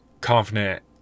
confident